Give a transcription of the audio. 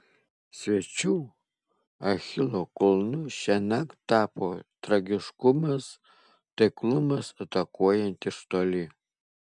svečių achilo kulnu šiąnakt tapo tragiškumas taiklumas atakuojant iš toli